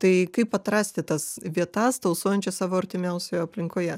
tai kaip atrasti tas vietas tausojančias savo artimiausioje aplinkoje